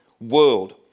world